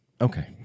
Okay